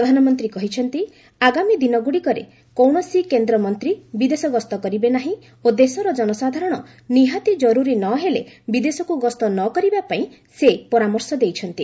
ପ୍ରଧାନମନ୍ତ୍ରୀ କହିଛନ୍ତି ଆଗାମୀ ଦିନଗୁଡ଼ିକରେ କୌଣସି କେନ୍ଦ୍ର ମନ୍ତ୍ରୀ ବିଦେଶ ଗସ୍ତ କରିବେ ନାହିଁ ଓ ଦେଶର ଜନସାଧାରଣ ନିହାତି କରୁରୀ ନ ହେଲେ ବିଦେଶକୁ ଗସ୍ତ ନ କରିବା ପାଇଁ ସେ ପରାମର୍ଶ ଦେଇଛନ୍ତି